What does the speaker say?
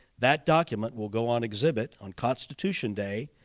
that document will go on exhibit on constitution day,